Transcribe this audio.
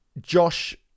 Josh